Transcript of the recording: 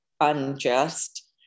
unjust